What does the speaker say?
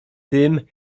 tym